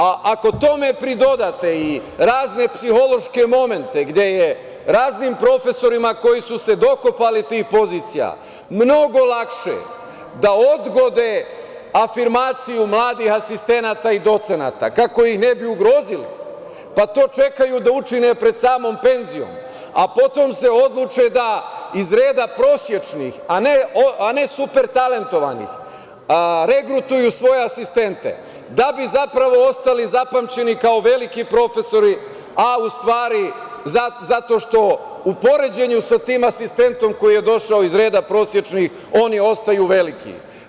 Ako tome pridodate razne psihološke momente gde je raznim profesorima koji su se dokopali tih pozicija mnogo lakše da odgode afirmaciju mladih asistenata i docenata kako ih ne bi ugrozili, pa to čekaju da učine pred samom penzijom, a potom se odluče da iz reda prosečnih, a ne supertalentovanih, regrutuju svoje asistente, da bi zapravo ostali zapamćeni kao veliki profesori, a u stvari zato što u poređenju sa tim asistentom koji je došao iz reda prosečnih, oni ostaju veliki.